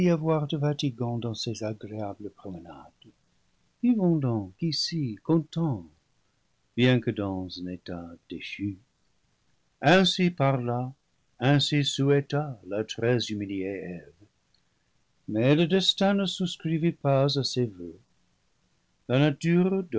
avoir de fatigant dans ces agréables promenades vivons donc ici contents bien que dans un état déchu ainsi parla ainsi souhaita la très humiliée eve mais le destin ne souscrivit pas à ses voeux la nature